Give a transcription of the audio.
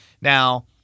Now